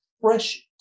fresh